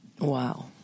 Wow